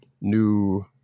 new